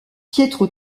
pietro